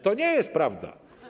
To nie jest prawda.